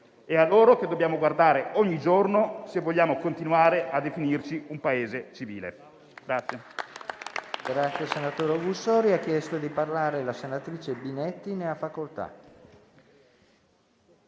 È a loro che dobbiamo guardare ogni giorno, se vogliamo continuare a definirci un Paese civile.